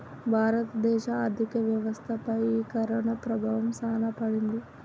భారత దేశ ఆర్థిక వ్యవస్థ పై ఈ కరోనా ప్రభావం సాన పడింది